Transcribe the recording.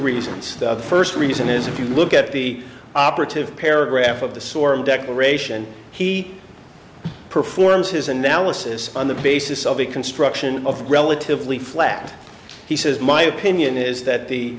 reasons the first reason is if you look at the operative paragraph of the storm declaration he performs his analysis on the basis of the construction of the relatively flat he says my opinion is that the